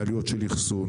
בעלויות של אחסון,